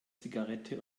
zigarette